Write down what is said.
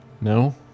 No